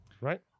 Right